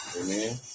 Amen